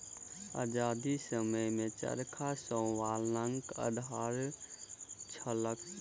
आजादीक समयमे चरखा स्वावलंबनक आधार छलैक